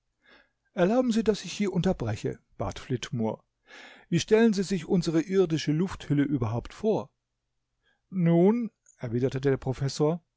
erlauben sie daß ich sie hier unterbreche bat flitmore wie stellen sie sich unsere irdische lufthülle überhaupt vor nun erwiderte der professor